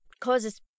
causes